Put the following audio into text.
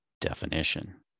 definition